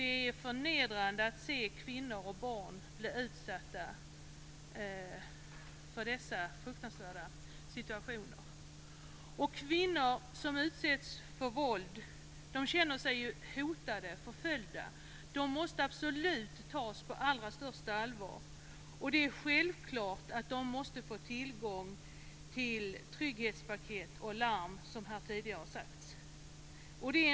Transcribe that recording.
Det är förnedrande att se hur kvinnor och barn blir utsatta för dessa fruktansvärda situationer. Kvinnor som utsätts för våld känner sig hotade och förföljda. De måste absolut tas på allra största allvar. Det är självklart att de måste få tillgång till trygghetspaket och larm som här tidigare sagts.